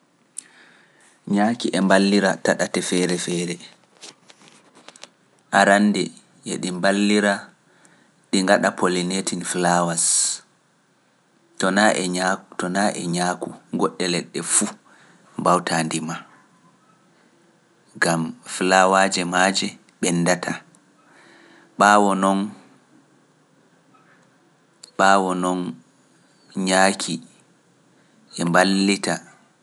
Ɲyaaki e mballira ta ɗate feere-feere arannde e ɗi mballira, ɗi ngaɗa polinating flowers, to naa e nyaak- to naa e nyaaku goɗɗe leɗɗe fuu mbawtaa ndima ngam fulaawaaje maaje ɓenndataa, ɓaawo non, ɓaawo non nyaaki e mballita.